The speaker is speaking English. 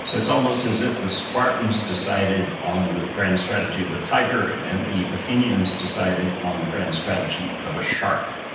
so it's almost as if the spartans decided on the grand strategy of a tiger and the athenians decided on the grand strategy strategy of a shark.